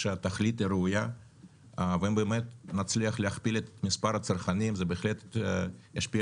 שהתכלית הראויה ואם באמת נצליח להכפיל את מספר הצרכנים זה בהחלט ישפיע